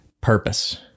purpose